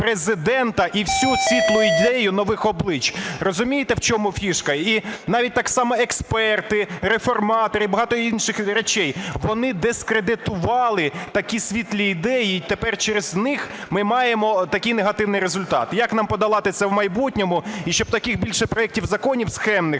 і всю світлу ідею нових облич. Розумієте, в чому фішка? І навіть так само експерти, реформатори і багато інших речей – вони дискредитували такі світлі ідеї і тепер через них ми маємо такий негативний результат. Як нам подолати це в майбутньому і щоб таких більше проектів законів схемних,